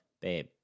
babe